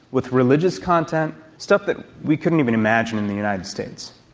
with religious content, stuff that we couldn't even imagine in the united states.